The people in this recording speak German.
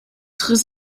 riss